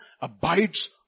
abides